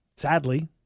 Sadly